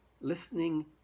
listening